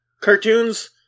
cartoons